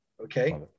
okay